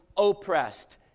Oppressed